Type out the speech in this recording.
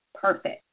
perfect